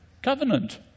Covenant